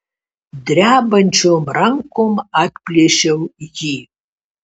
drebančiom rankom atplėšiau jį